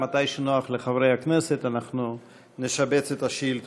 ומתי שנוח לחברי הכנסת אנחנו נשבץ את השאילתות.